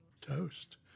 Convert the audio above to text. toast